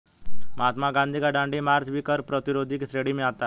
महात्मा गांधी का दांडी मार्च भी कर प्रतिरोध की श्रेणी में आता है